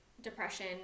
depression